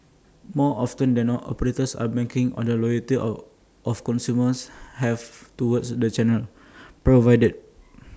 more often than not operators are making on the loyalty of consumers have towards the channels provided